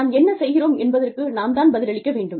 நாம் என்ன செய்கிறோம் என்பதற்கு நாம் தான் பதிலளிக்க வேண்டும்